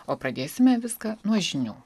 o pradėsime viską nuo žinių